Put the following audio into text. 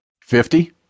Fifty